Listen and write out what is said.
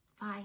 Bye